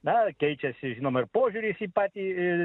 na keičiasi žinoma ir požiūris į patį